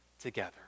together